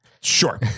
Sure